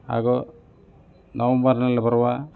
ಹಾಗೂ ನವಂಬರ್ನಲ್ಲಿ ಬರುವ